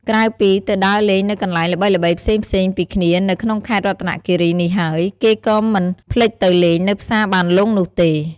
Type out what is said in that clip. ក្រៅពីទៅដើរលេងនៅកន្លែងល្បីៗផ្សេងៗពីគ្នានៅក្នុងខេត្តរតនគីរីនេះហើយ គេក៏មិនភ្លេចទៅលេងនៅផ្សារបានលុងនោះទេ។